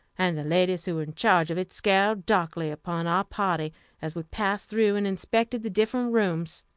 and the ladies who were in charge of it scowled darkly upon our party as we passed through and inspected the different rooms.